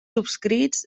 subscrits